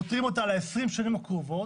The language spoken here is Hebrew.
פותרים אותה ל 20 השנים הבאות